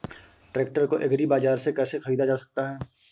Tractor को agri बाजार से कैसे ख़रीदा जा सकता हैं?